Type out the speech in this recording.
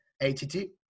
ATT